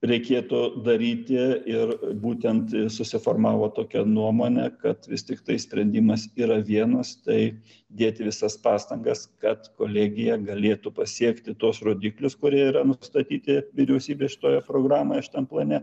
reikėtų daryti ir būtent susiformavo tokia nuomonė kad vis tiktai sprendimas yra vienas tai dėti visas pastangas kad kolegija galėtų pasiekti tuos rodiklius kurie yra nustatyti vyriausybės šitoje programoje šitam plane